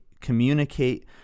communicate